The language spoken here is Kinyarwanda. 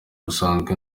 busanzwe